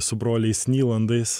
su broliais nylandais